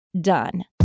done